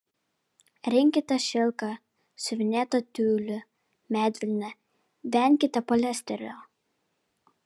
rinkitės šilką siuvinėtą tiulį medvilnę venkite poliesterio